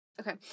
Okay